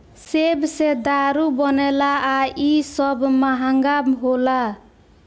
सेब से दारू बनेला आ इ सब महंगा होला